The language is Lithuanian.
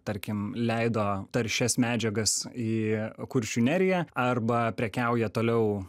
tarkim leido taršias medžiagas į kuršių neriją arba prekiauja toliau